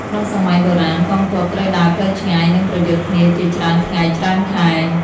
ក្នុងសម័យបុរាណ កងទ័ពត្រូវដើរផ្លូវឆ្ងាយ និងប្រយុទ្ធគ្នាជាច្រើនថ្ងៃច្រើនខែ។